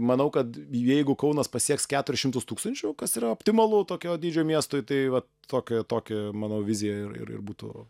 manau kad jeigu kaunas pasieks keturis šimtus tūkstančių kas yra optimalu tokio dydžio miestui tai vat tokia tokia mano vizija ir ir būtų